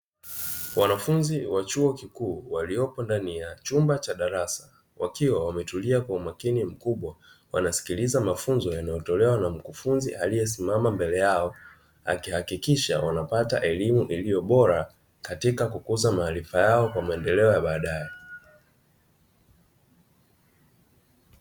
Wanafunzi wa chuo kikuu waliopo ndani ya chumba cha darasa, wakiwa wametulia kwa umakini mkubwa, wanasikiliza mafunzo yanayotolewa na mkufunzi aliyesimama mbele yao, akihakikisha wanapata elimu iliyo bora katika kukuza maarifa yao kwa maendeleo ya baadaye.